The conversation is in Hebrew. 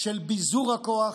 של ביזור הכוח,